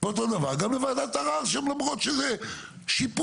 ואותו דבר גם לוועדת ערער למרות שזה שיפוטי.